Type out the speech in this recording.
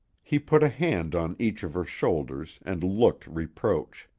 he put a hand on each of her shoulders and looked reproach.